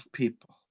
people